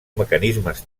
mecanismes